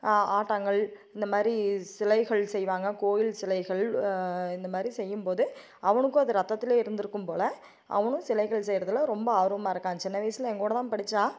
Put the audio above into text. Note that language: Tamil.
ஆட்டுங்கல் இந்தமாதிரி சிலைகள் செய்வாங்க கோயில் சிலைகள் இந்தமாதிரி செய்யும்போது அவனுக்கும் அது ரத்தத்திலையே இருந்திருக்கும் போல அவனும் சிலைகள் செய்யுறதில் ரொம்ப ஆர்வமாக இருக்கான் சின்ன வயசில் என் கூடதான் படித்தான்